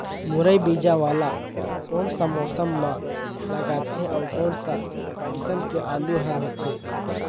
मुरई बीजा वाला कोन सा मौसम म लगथे अउ कोन सा किसम के आलू हर होथे?